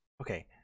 okay